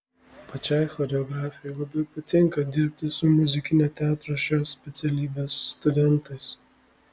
pačiai choreografei labai patinka dirbti su muzikinio teatro šios specialybės studentais